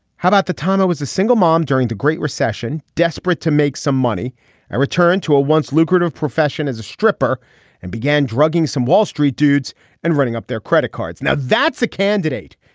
how about the time i was a single mom during the great recession. desperate to make some money and return to a once lucrative profession as a stripper and began drugging some wall street dudes and running up their credit cards. now that's a candidate.